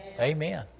Amen